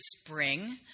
spring